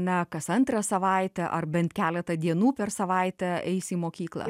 na kas antrą savaitę ar bent keletą dienų per savaitę eisi į mokyklą